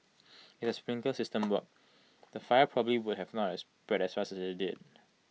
if the sprinkler system worked the fire probably would not have spread as fast as IT did